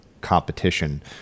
competition